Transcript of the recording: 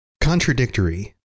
contradictory